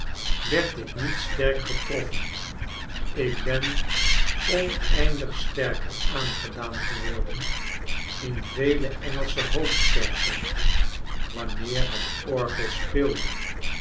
werd ik niet sterk getroffen ik ben oneindig sterker aangedaan geworden in vele engelsche hoofdkerken wanneer het orgel speelde